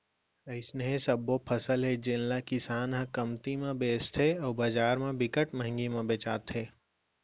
अइसने सबो फसल हे जेन ल किसान ह कमती म बेचथे अउ बजार म बिकट मंहगी म बेचाथे